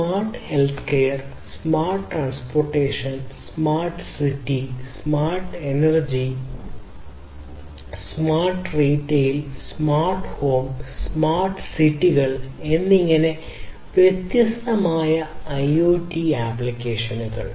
smart health care smart transportation smart city smart energy smart retail smart home smart സിറ്റികൾ എന്നിങ്ങനെ വ്യത്യസ്തമായ IoT ആപ്ലിക്കേഷനുകൾ